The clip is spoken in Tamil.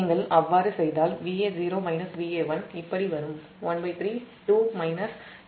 நீங்கள் அவ்வாறு செய்தால் Va0 Va1 13 2 β β2 Vb இப்படி வரும்